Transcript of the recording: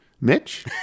Mitch